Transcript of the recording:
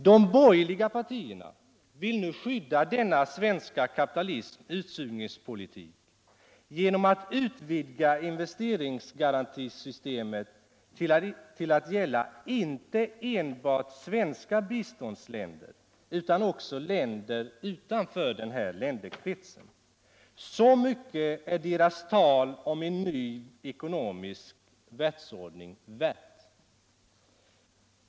De borgerliga partierna vill nu skydda denna svensk kapitalisms utsugningspolitik genom att utvidga investeringsgarantisystemet till att gälla inte enbart svenska biståndsländer utan också länder utanför den kinderkretsen. Så mycket är deras tal om en ny ekonomisk virldsordning värt.